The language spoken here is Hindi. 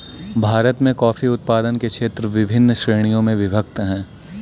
भारत में कॉफी उत्पादन के क्षेत्र विभिन्न श्रेणियों में विभक्त हैं